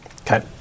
Okay